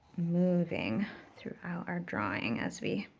moving throughout our drawing as we